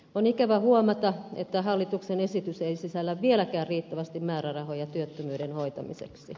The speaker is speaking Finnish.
on ikävä huomata että hallituksen esitys ei sisällä vieläkään riittävästi määrärahoja työttömyyden hoitamiseksi